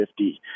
50